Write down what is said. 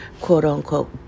quote-unquote